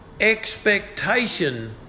expectation